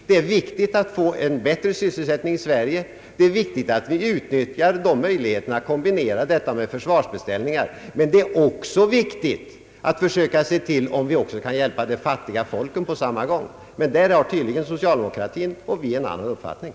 Det är viktigt att få en bättre sysselsättning i Sverige, det är viktigt att vi utnyttjar möjligheterna därtill genom att kombinera detta med försvarsbeställningar, men det är också viktigt att försöka se till om vi kan hjälpa de fattiga folken på samma gång. Men där har tydligen socialdemokratin och vi olika uppfattningar.